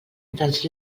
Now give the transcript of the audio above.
dels